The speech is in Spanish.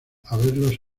haberlos